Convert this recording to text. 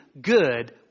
good